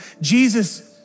Jesus